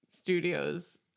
studios